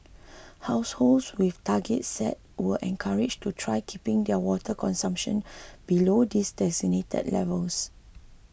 households with targets set were encouraged to try keeping their water consumption below these designated levels